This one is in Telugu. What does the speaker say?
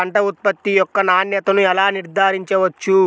పంట ఉత్పత్తి యొక్క నాణ్యతను ఎలా నిర్ధారించవచ్చు?